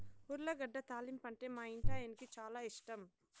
ఉర్లగడ్డ తాలింపంటే మా ఇంటాయనకి చాలా ఇష్టం